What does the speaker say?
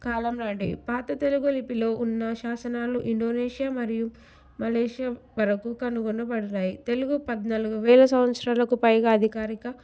కాలంనాడే పాత తెలుగు లిపిలో ఉన్న శాసనాలు ఇండోనేషియా మరియు మలేషియా వరకు కనుగొనబడ్డాయి తెలుగు పద్నాలుగు వేల సంవత్సరాలుకు పైగా అధికారిక